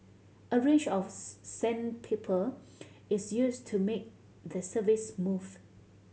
a range of sandpaper is used to make the surface smooth